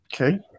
okay